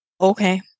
Okay